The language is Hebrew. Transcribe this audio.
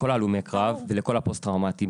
לכל הלומי הקרב ולכל הפוסט טראומטיים.